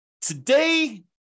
Today